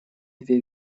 две